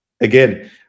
again